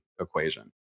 equation